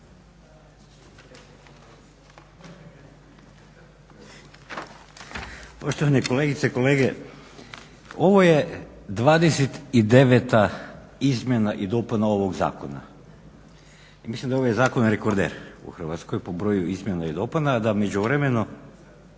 Poštovane kolegice i kolege. Ovo je 29. izmjena i dopuna ovog zakona. Mislim da je ovaj zakon rekorder po broju izmjena i dopuna, da u međuvremenu